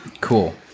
cool